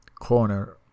corner